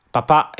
Papà